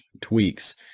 tweaks